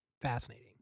fascinating